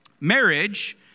marriage